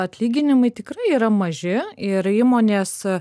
atlyginimai tikrai yra maži ir įmonės